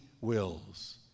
wills